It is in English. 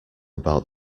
about